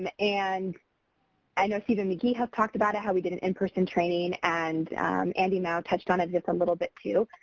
and and i knows steven mcghee has talked about it. how we did an in-person training and andy mao touched on it just a little bit too.